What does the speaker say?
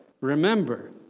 remember